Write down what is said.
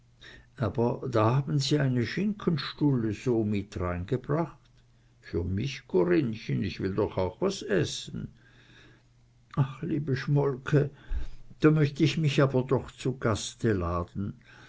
da haben sie ja eine schinkenstulle mit reingebracht für mich corinnchen ich will doch auch was essen ach liebe schmolke da möcht ich mich aber doch zu gaste laden